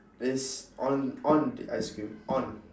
it's on on the ice cream on